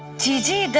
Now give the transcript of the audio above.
to go